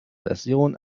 version